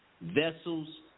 vessels